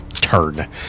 turn